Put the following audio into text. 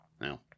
No